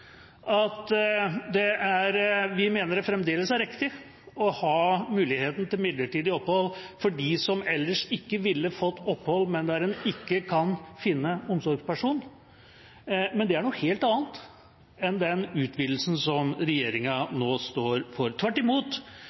Vi mener fremdeles det er riktig å ha muligheten til midlertidig opphold for dem som ellers ikke ville fått opphold, men der en ikke kan finne en omsorgsperson. Men det er noe helt annet enn den utvidelsen som regjeringa nå står for. Tvert imot